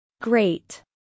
Great